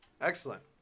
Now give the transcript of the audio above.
Excellent